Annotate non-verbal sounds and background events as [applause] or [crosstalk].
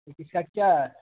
[unintelligible] کیا ہے